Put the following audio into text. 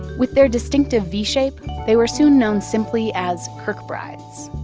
with their distinctive v-shape, they were soon known simply as kirkbrides.